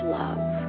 love